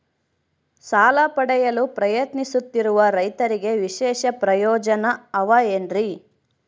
ಸಾಲ ಪಡೆಯಲು ಪ್ರಯತ್ನಿಸುತ್ತಿರುವ ರೈತರಿಗೆ ವಿಶೇಷ ಪ್ರಯೋಜನ ಅವ ಏನ್ರಿ?